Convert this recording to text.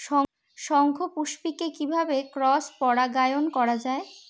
শঙ্খপুষ্পী কে কিভাবে ক্রস পরাগায়ন করা যায়?